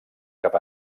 cap